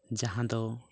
ᱡᱟᱦᱟᱸ ᱫᱚ